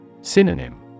Synonym